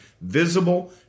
visible